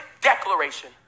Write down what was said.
declaration